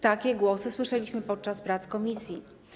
Takie głosy słyszeliśmy podczas prac komisji.